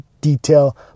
detail